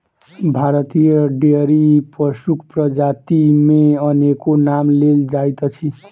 भारतीय डेयरी पशुक प्रजाति मे अनेको नाम लेल जाइत अछि